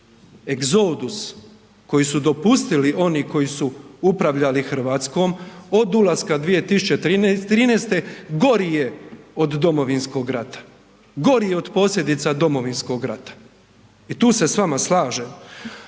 egzodus koji su dopustili oni koji su upravljali RH od ulaska 2013. gori je od domovinskog rata, gori je od posljedica domovinskog rata i tu se s vama slažem.